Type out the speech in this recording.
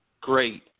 great